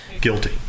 Guilty